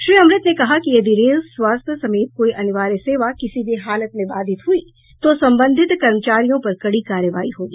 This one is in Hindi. श्री अमृत ने कहा कि यदि रेल स्वास्थ्य समेत कोई अनिवार्य सेवा किसी भी हालत में बाधित हुई तो संबंधित कर्मचारियों पर कड़ी कार्रवाई होगी